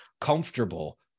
comfortable